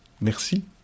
Merci